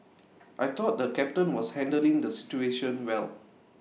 I thought the captain was handling the situation well